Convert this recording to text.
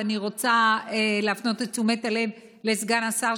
ואני רוצה להפנות את תשומת הלב של סגן השר,